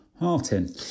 Martin